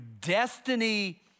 Destiny